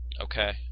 Okay